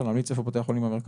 להמליץ איפה בתי החולים במרכז.